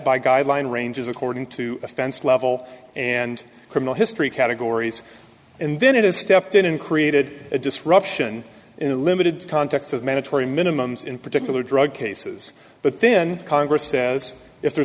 by guideline ranges according to offense level and criminal history categories and then it is stepped in and created a disruption in a limited context of mandatory minimums in particular drug cases but then congress says if the